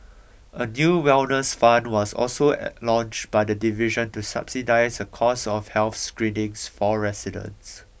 a new wellness fund was also a launched by the division to subsidise the cost of health screenings for residents